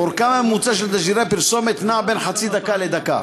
אורכם הממוצע של תשדירי פרסומת נע בין חצי דקה לדקה.